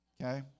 okay